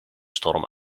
storm